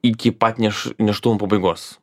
iki pat nėš nėštumo pabaigos